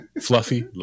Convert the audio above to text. fluffy